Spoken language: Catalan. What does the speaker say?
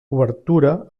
obertura